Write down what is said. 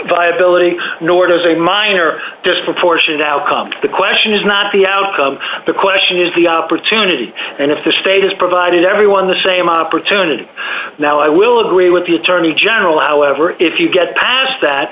a minor disproportionate outcome the question is not the outcome the question is the opportunity and if the state has provided everyone the same opportunity now i will agree with the attorney general however if you get past that